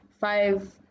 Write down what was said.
five